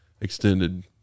extended